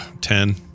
Ten